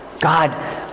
God